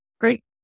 great